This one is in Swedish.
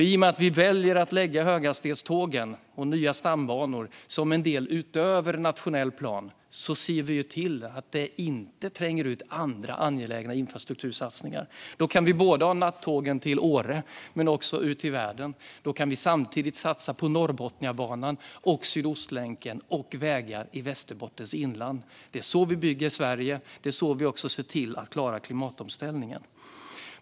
I och med att vi väljer att lägga höghastighetstågen och nya stambanor som en del utöver nationell plan ser vi till att det inte tränger ut andra angelägna infrastruktursatsningar. Då kan vi både ha nattåg till Åre och tåg ut i världen. Då kan vi samtidigt satsa på Norrbotniabanan, Sydostlänken och vägar i Västerbottens inland. Det är så vi bygger Sverige, och det är så vi klarar klimatomställningen.